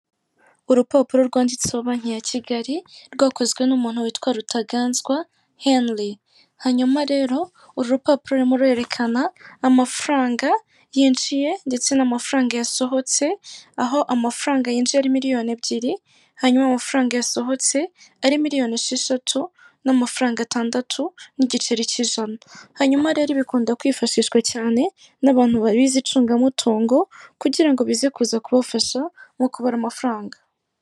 Urupapuro rwanditseho banki ya Kigali rwakozwe n'umuntu witwa Rutaganzwa heniri. Hanyuma rero urupapuro rurimo rurerekana amafaranga yinjiye ndetse n'amafaranga yasohotse, aho amafaranga yinjiye ari miliyoni ebyiri, hanyuma amafaranga yasohotse ari miliyoni esheshatu n'amafaranga atandatu n'igiceri cy'ijana, hanyuma rero bikunda kwifashishwa cyane n'abantu bize icungamutungo kugira ngo bize kuza kubafasha mu kubara amafaranga.